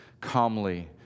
calmly